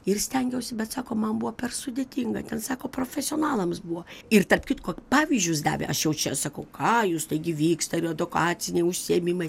ir stengiausi bet sako man buvo per sudėtinga ten sako profesionalams buvo ir tarp kitko pavyzdžius davė aš jau čia sakau ką jūs taigi vyksta ir edukaciniai užsiėmimai